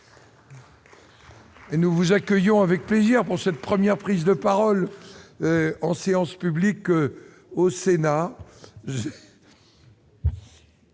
nous vous accueillons avec plaisir, pour cette première prise de parole en séance publique au Sénat.